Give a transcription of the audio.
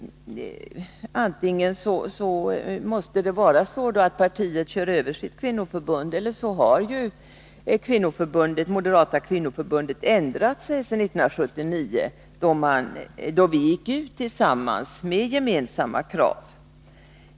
Antingen måste det vara så att partiet kör över sitt kvinnoförbund, eller också har Moderata kvinnoförbundet ändrat sig sedan 1979, då vi gick ut tillsammans med gemensamma krav.